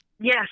Yes